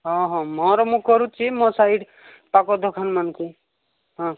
ହଁ ହଁ ମୋର ମୁଁ କରୁଛି ମୋ ସାଇଡ୍ ପାଖ ଦୋକାନମାନଙ୍କୁ ହଁ